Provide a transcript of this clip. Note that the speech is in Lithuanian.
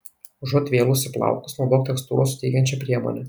užuot vėlusi plaukus naudok tekstūros suteikiančią priemonę